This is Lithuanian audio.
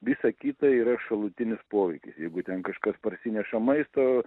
visa kita yra šalutinis poveikis jeigu ten kažkas parsineša maisto